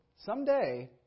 someday